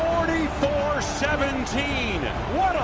four seventeen